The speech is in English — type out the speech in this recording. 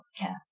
podcast